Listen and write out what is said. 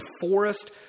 forest